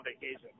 vacation